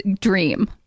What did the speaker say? dream